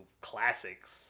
classics